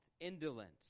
indolence